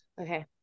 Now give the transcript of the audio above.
okay